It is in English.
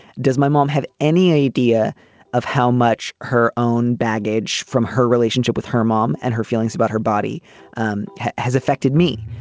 does my mom have any idea of how much her own baggage from her relationship with her mom and her feelings about her body um has affected me.